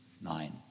nine